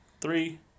three